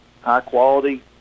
high-quality